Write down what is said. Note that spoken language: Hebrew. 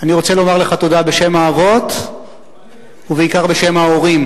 אני רוצה לומר לך תודה בשם האבות ובעיקר בשם ההורים,